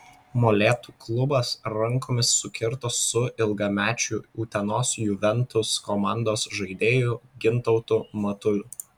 molėtų klubas rankomis sukirto su ilgamečiu utenos juventus komandos žaidėju gintautu matuliu